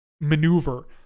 maneuver